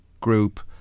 group